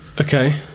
Okay